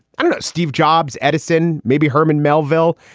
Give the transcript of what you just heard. um steve jobs. edison. maybe herman melville.